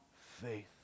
faith